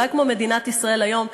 אולי כמו מדינת ישראל היום,